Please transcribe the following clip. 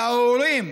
להורים,